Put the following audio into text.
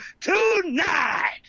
tonight